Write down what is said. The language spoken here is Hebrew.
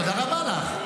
תודה רבה לך.